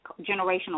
Generational